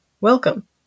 welcome